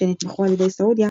שנתמכו על ידי סעודיה,